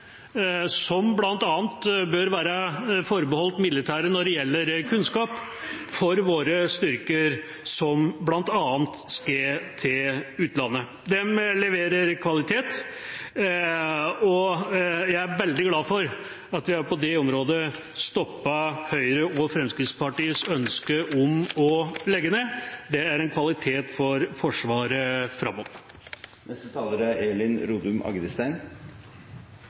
som bl.a. bør være forbeholdt militære når det gjelder kunnskap for våre styrker som bl.a. skal til utlandet. De leverer kvalitet, og jeg er veldig glad for at vi også på det området stoppet Høyre og Fremskrittspartiets ønske om å legge ned. Det er en kvalitet for Forsvaret framover.